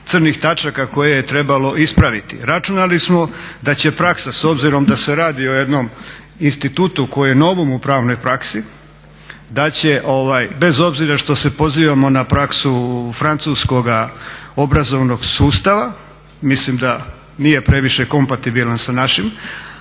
crnih točaka koje je trebalo ispraviti. Računali smo da će praksa s obzirom da se radi o jednom institutu koje je novo u pravnoj praksi da će bez obzira što se pozivamo na praksu francuskoga obrazovnog sustava, mislim da nije previše kompatibilan sa našim,